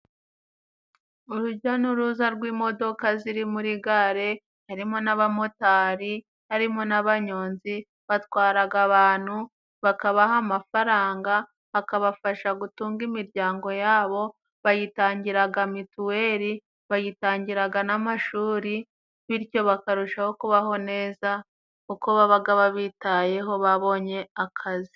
Urujya n'uruza rw'imodoka ziri muri gare harimo n'abamotari harimo n'abanyonzi batwaraga abantu bakabaha amafaranga akabafasha gutunga imiryango yabo bayitangiraga mituweli bayitangiraga n'amashuri bityo bakarushaho kubaho neza uko babaga babitayeho babonye akazi.